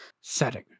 setting